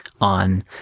on